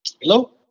Hello